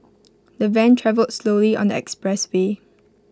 the van travelled slowly on the expressway